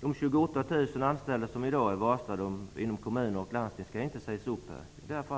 de 28 000 anställda som i dag är varslade inom kommuner och landsting inte skall sägas upp.